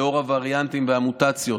לנוכח הווריאנטים והמוטציות,